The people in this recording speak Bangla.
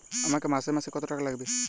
আমাকে মাসে মাসে কত টাকা লাগবে?